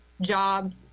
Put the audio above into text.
job